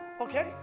Okay